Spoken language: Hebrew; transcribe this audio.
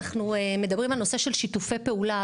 אנחנו מדברים על נושא של שיתופי פעולה,